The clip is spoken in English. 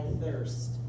thirst